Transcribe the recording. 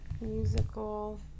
Musical